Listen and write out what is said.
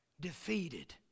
defeated